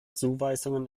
zuweisungen